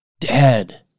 dead